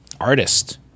artist